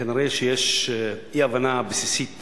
כנראה יש אי-הבנה בסיסית